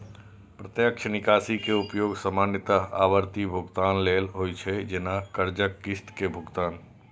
प्रत्यक्ष निकासी के उपयोग सामान्यतः आवर्ती भुगतान लेल होइ छै, जैना कर्जक किस्त के भुगतान